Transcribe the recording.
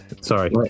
Sorry